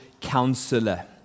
Counselor